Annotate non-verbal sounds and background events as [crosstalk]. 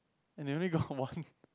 and they only got [noise] one